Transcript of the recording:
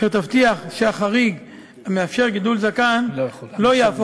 שתבטיח שהחריג המאפשר גידול זקן לא יהפוך